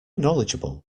knowledgeable